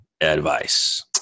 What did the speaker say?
advice